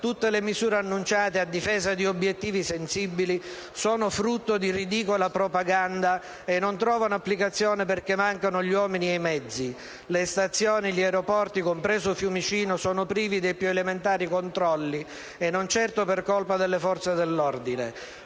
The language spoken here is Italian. Tutte le misure annunciate a difesa di obiettivi sensibili sono frutto di ridicola propaganda e non trovano applicazione, perché mancano gli uomini e i mezzi. Le stazioni e gli aeroporti (compreso Fiumicino) sono privi dei più elementari controlli, e non certo per colpa delle Forze dell'ordine.